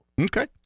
Okay